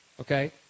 okay